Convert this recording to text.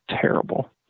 terrible